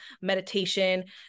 meditation